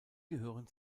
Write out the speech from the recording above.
gehören